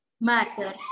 matter